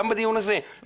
גם בדיון הזה,